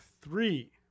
three